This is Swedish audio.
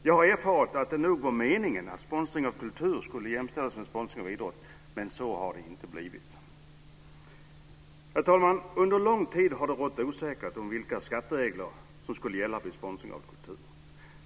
Jag har erfarit att det nog var meningen att sponsring av kultur skulle jämställas med sponsring av idrott, men så har det inte blivit. Herr talman! Under lång tid har det rått osäkerhet om vilka skatteregler som skulle gälla vid sponsring av kultur.